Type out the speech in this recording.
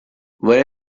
vorrei